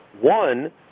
one